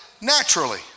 naturally